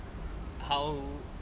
how